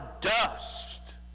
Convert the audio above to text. dust